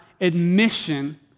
admission